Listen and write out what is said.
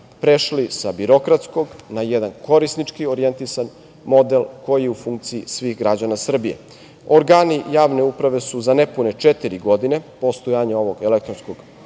prešli sa birokratskog na jedan korisnički orijentisan model koji je u funkciji svih građana Srbije. Organi javne uprave su za nepune četiri godine postojanja ovog elektronskog